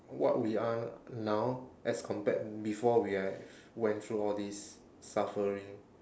what we are now as compared before we have went through all these suffering